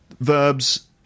verbs